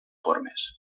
formes